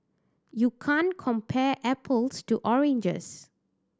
you can't compare apples to oranges